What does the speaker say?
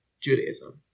Judaism